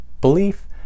belief